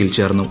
യിൽ ചേർന്നു